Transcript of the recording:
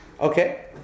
Okay